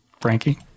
Frankie